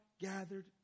gathered